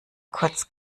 kurz